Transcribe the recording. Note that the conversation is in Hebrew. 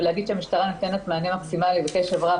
ולהגיד שהמשטרה נותנת מענה מקסימלי וקשב רב